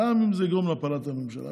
גם אם זה יגרום להפלת הממשלה.